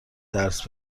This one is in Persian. درس